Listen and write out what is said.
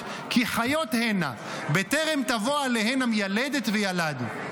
כי חיות הנה בטרם תבוא אלהן המילדת וילדו".